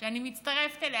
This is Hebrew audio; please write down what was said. שאני מצטרפת אליה.